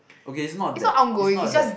okay is not that is not that